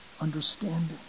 understanding